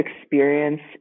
experience